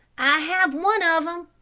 i have one of them,